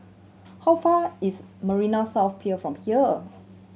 how far is Marina South Pier from here